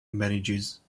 marriages